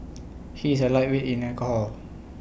he is A lightweight in alcohol